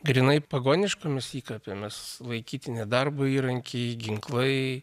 grynai pagoniškomis įkapėmis laikyti ne darbo įrankiai ginklai